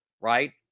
right